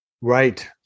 Right